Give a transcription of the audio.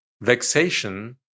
vexation